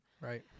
Right